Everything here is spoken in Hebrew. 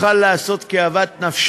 היה יכול לעשות כאוות נפשו.